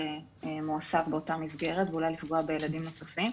מועסק באותה מסגרת ואולי לפגוע בילדים נוספים.